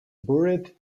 buried